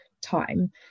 time